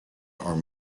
are